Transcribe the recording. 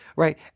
Right